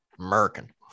american